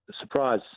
surprise